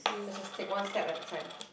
let's just take one step at a time